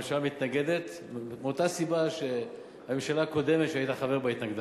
הממשלה מתנגדת מאותה סיבה שהממשלה הקודמת שהיית חבר בה התנגדה.